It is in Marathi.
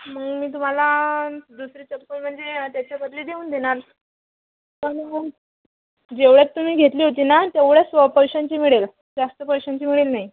मग मी तुम्हाला दुसरी चप्पल म्हणजे त्याच्या बदली देऊन देणार जेवढ्यात तुम्ही घेतली होती ना तेवढ्याच स्व पैशांची मिळेल जास्त पैशांची मिळेल नाही